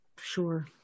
Sure